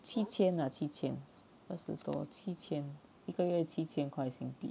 七千啊七千二十多七千一个月七千块钱